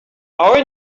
our